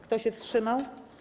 Kto się wstrzymał?